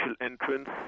entrance